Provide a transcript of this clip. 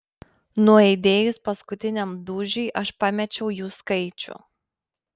nuaidėjus paskutiniam dūžiui aš pamečiau jų skaičių